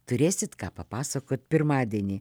turėsit ką papasakot pirmadienį